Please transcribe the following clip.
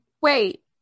Wait